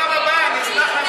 אני אבוא בפעם הבאה,